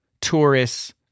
tourists